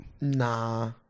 Nah